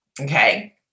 Okay